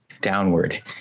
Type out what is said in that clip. downward